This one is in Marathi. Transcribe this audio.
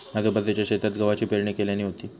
आजूबाजूच्या शेतात गव्हाची पेरणी केल्यानी होती